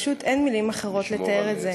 פשוט אין מילים אחרות לתאר את זה.